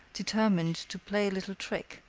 determined to play a little trick,